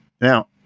Now